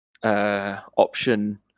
Option